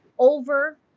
over